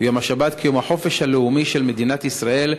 ויום השבת כיום החופש הלאומי של מדינת ישראל,